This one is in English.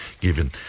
given